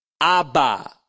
Abba